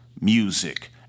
music